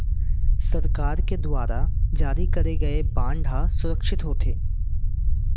सरकार के दुवार जारी करे गय बांड हर सुरक्छित होथे